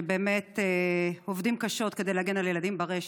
שבאמת עובדים קשה כדי להגן על ילדים ברשת.